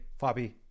fabi